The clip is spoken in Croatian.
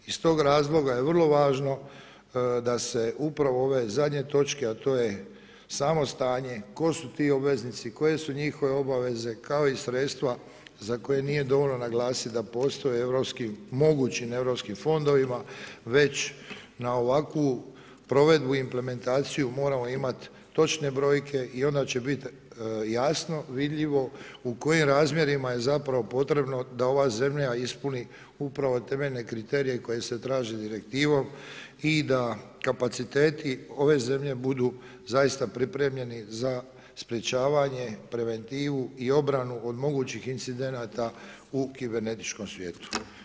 Iz toga razloga je vrlo važno da se upravo ove zadnje točke a to je samo stanje, tko su ti obveznici, koje su njihove obaveze kao i sredstva za koje nije dovoljno naglasiti da postoje u mogućim europskim fondovima već na ovakvu provedbu i implementaciju moramo imati točne brojke i onda će biti jasno vidljivo u kojim razmjerima je zapravo potrebno da ova zemlja ispuni upravo temeljne kriterije koji se traže direktivom i da kapaciteti ove zemlje budu zaista pripremljeni za sprečavanje, preventivu i obranu od mogućih incidenata u kibernetičkom svijetu.